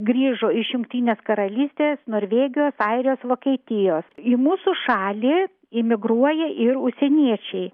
grįžo iš jungtinės karalystės norvegijos airijos vokietijos į mūsų šalį imigruoja ir užsieniečiai